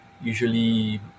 usually